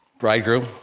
Bridegroom